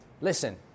Listen